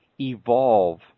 evolve